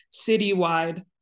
citywide